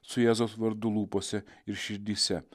su jėzaus vardu lūpose ir širdyse